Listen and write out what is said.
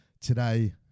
today